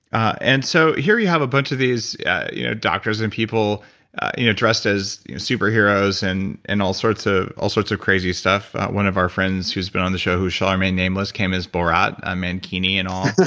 and so here we have a bunch of these you know doctors and people you know dressed as super heroes and and all sorts ah all sorts of crazy stuff. one of our friends who's been on the show who shall remain nameless, came as borat, ah mankini and all.